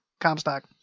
Comstock